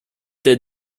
did